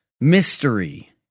mystery